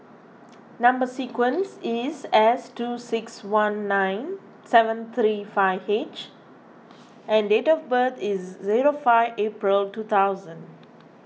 Number Sequence is S two six one nine seven three five H and date of birth is zero five April two thousand